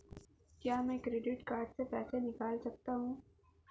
क्या मैं credit card से पैसे निकाल सकता हूँ?